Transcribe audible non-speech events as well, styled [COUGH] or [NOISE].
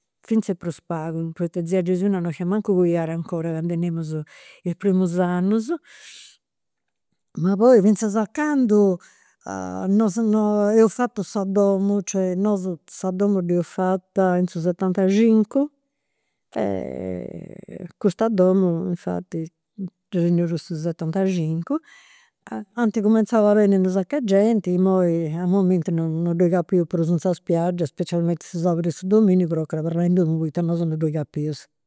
Finzas prus pagu, poita tzia Gesuina non fiat mancu coiada 'ncora candu 'enimus is primus annus. Ma poi finzas a candu [HESITATION] non eus fatu sa domu, cioè, nosu sa domu dd'eus fata in su setantacincu [HESITATION] e custa domu infati dda teneus de su setantacincu. Ant cumenzau a benniri unu sacu 'e genti e imoi a momenti non [HESITATION] non ddoi capeus prus in sa spiaggia, specialmenti su sabudu e su dominigu, tocat abarrai in domu poita nosu non ddoi capeus